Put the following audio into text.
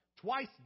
...twice